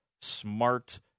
smart